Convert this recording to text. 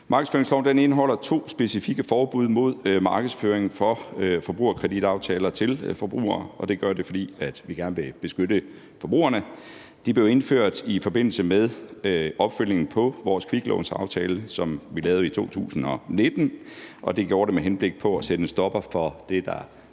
Markedsføringsloven indeholder to specifikke forbud mod markedsføring af forbrugerkreditaftaler til forbrugere, og det gør den, fordi vi gerne vil beskytte forbrugerne. De blev indført i forbindelse med opfølgningen på vores kviklånsaftale, som vi lavede i 2019, og det gjorde vi med henblik på at sætte en stopper for det, der